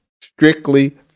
strictly